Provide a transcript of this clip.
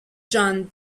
john